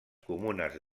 comunes